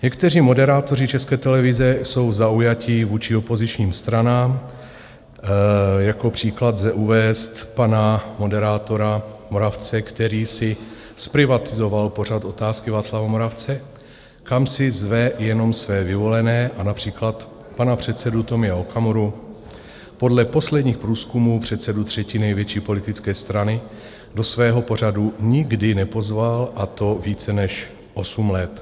Někteří moderátoři České televize jsou zaujatí vůči opozičním stranám, jako příklad lze uvést pana moderátora Moravce, který si zprivatizoval pořad Otázky Václava Moravce, kam si zve jenom své vyvolené a například pana předsedu Tomia Okamuru, podle posledních průzkumů předsedu třetí největší politické strany, do svého pořadu nikdy nepozval, a to více než osm let.